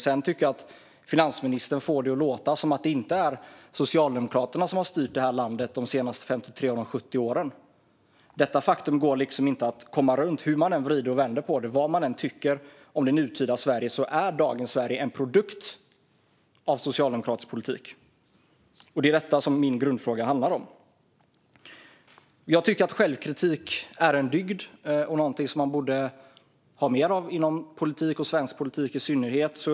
Sedan får finansministern det att låta som att det inte är Socialdemokraterna som har styrt det här landet under 53 av de senaste 70 åren. Detta faktum går inte att komma runt hur man än vrider och vänder på det. Vad man än tycker om det nutida Sverige är dagens Sverige en produkt av socialdemokratisk politik. Det är detta som min grundfråga handlar om. Jag tycker att självkritik är en dygd och någonting som man borde ha mer av inom politik, och svensk politik i synnerhet.